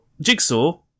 Jigsaw